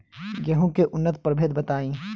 गेंहू के उन्नत प्रभेद बताई?